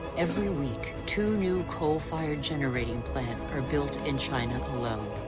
every week, two new coal-fired generating plants are built in china alone.